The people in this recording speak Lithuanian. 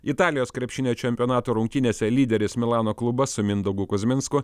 italijos krepšinio čempionato rungtynėse lyderis milano klubas su mindaugu kuzminsku